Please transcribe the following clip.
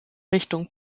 richtung